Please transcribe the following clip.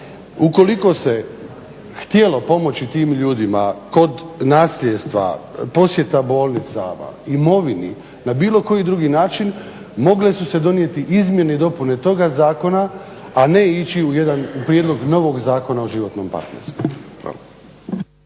Ukoliko se htjelo pomoći tim ljudima kod nasljedstva, posjeta bolnicama, imovini na bilo koji drugačiji način mogle su se donijeti izmjene i dopune toga zakona, a ne ići u prijedlog novog Zakona o životnom partnerstvu.